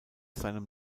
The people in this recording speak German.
seinem